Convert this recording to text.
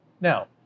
now